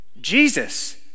Jesus